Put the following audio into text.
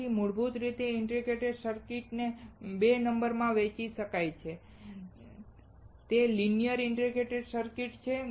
તેથી મૂળભૂત રીતે ઇન્ટિગ્રેટેડ સર્કિટોને 2 નંબરમાં વહેંચી શકાય છે તે લિનિઅર ઇન્ટિગ્રેટેડ સર્કિટ્સ છે